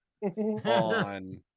On